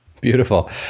Beautiful